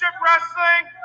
wrestling